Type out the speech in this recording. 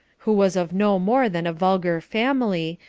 who was of no more than a vulgar family,